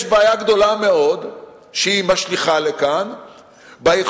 יש בעיה גדולה מאוד שמשליכה לכאן ביכולת,